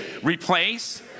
Replace